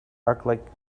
arclight